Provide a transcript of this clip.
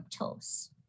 fructose